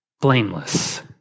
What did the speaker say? Blameless